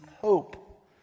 hope